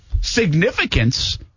significance